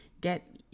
get